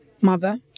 mother